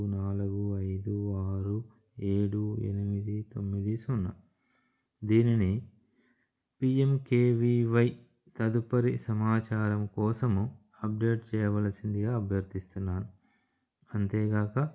నాలుగు ఐదు ఆరు ఏడు ఎనిమిది తొమ్మిది సున్నా దీనిని P M K V Y తదుపరి సమాచారం కోసము అప్డేట్ చేయవలసిందిగా అభ్యర్థస్తున్నాను అంతేగాక